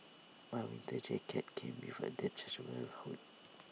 my winter jacket came with A detachable hood